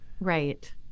Right